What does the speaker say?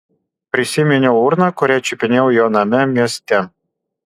prisiminiau urną kurią čiupinėjau jo name mieste